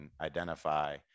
identify